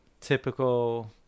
typical